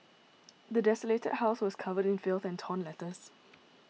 the desolated house was covered in filth and torn letters